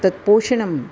तत्पोषणम्